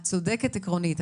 את צודקת עקרונית,